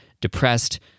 depressed